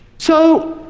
so,